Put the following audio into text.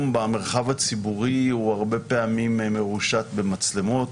המרחב הציבורי פעמים רבות מרושת במצלמות.